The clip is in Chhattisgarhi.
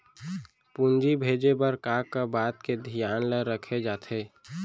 पूंजी भेजे बर का का बात के धियान ल रखे जाथे?